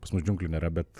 pas mus džiunglių nėra bet